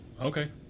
okay